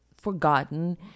forgotten